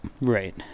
Right